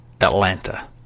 Atlanta